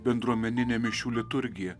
bendruomeninė mišių liturgija